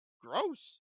gross